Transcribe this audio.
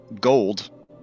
gold